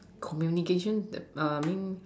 communication t~ err mean